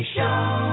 Show